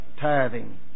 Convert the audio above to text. tithing